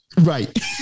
Right